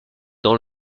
dans